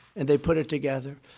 and they put it together.